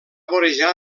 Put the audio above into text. vorejar